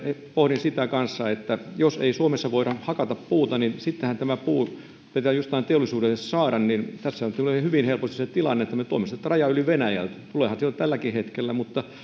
pohdin myös sitä että jos ei suomessa voida hakata puuta niin sittenhän kun tämä puu pitää jostain teollisuudelle saada tässä tulee hyvin helposti se tilanne että me tuomme sen rajan yli venäjältä tuleehan sieltä tälläkin hetkellä mutta